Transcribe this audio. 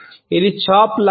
ఇది చాప్ లాంటిది